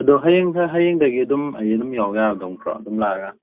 ꯑꯗꯣ ꯍꯌꯦꯡꯁꯦ ꯍꯌꯦꯡꯗꯒꯤ ꯑꯗꯨꯝ ꯑꯩ ꯑꯗꯨꯝ ꯌꯥꯎ ꯌꯥꯔꯗꯧ ꯅꯠꯇ꯭ꯔꯣ ꯑꯗꯨꯝ ꯂꯥꯛꯑꯒ